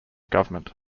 government